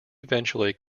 eventually